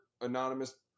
anonymous